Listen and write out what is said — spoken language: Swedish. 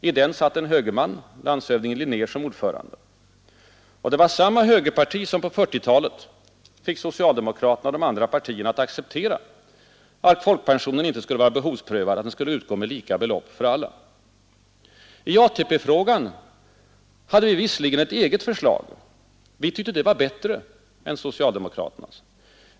I den satt en högerman, landshövdingen Linnér, som — ordförande. Det var samma högerparti som på 1940-talet fick socialdemokraterna och de andra partierna att acceptera att folkpensionen inte skulle vara behovsprövad, utan att den skulle utgå med lika belopp för alla. I ATP-frågan hade vi visserligen ett eget förslag, som vi tyckte var bättre än det socialdemokratiska.